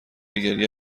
گریه